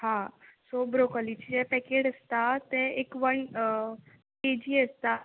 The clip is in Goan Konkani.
हां सो ब्रोकॉलीचें पॅकेट आसता तें एक वन के जी आसता